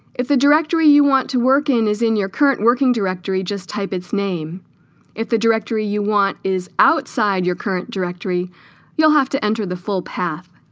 if the directory you want to work in is in your current working directory just type its name if the directory you want is outside your current directory you'll have to enter the full path